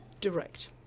direct